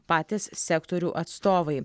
patys sektorių atstovai